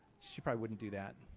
she probably wouldn't do that.